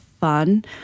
fun